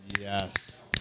Yes